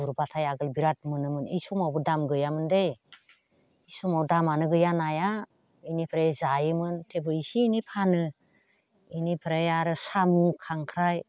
गुरबाथाय आगोल बिराद मोनोमोन बै समावबो दाम गैयामोन दे बै समाव दामानो गैया नाया बेनिफ्राय जायोमोन थेवबो इसे एनै फानो बेनिफ्राय आरो साम' खांख्राइ